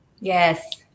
Yes